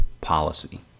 policy